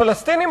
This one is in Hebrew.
הפלסטינים,